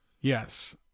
Yes